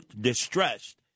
distressed